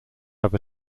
have